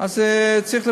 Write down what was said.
צריך לבדוק,